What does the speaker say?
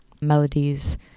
melodies